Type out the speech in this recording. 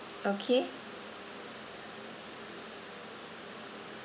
okay